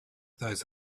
those